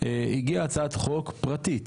הגיעה הצעת חוק פרטית